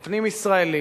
הפנים-ישראלי,